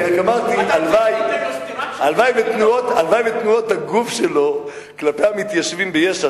אני רק אמרתי שהלוואי שתנועות הגוף שלו כלפי המתיישבים ביש"ע,